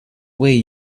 way